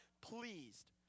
pleased